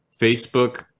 Facebook